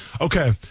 Okay